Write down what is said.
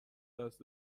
دست